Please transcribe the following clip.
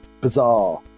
bizarre